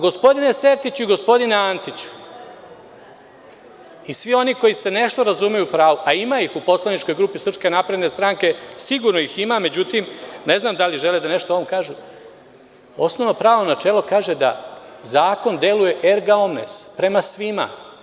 Gospodine Sertiću i gospodine Antiću, i svi oni koji se nešto razumeju u pravo, a ima ih u poslaničkoj grupi SNS, sigurno ih ima, međutim ne znam da li žele da nešto o ovome kažu, osnovno pravno načelo kaže da zakon deluje er gaumes - prema svima.